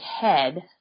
head